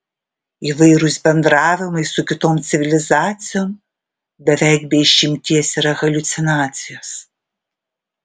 įvairūs bendravimai su kitom civilizacijom beveik be išimties yra haliucinacijos